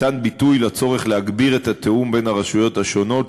ניתן ביטוי לצורך להגביר את התיאום בין הרשויות השונות,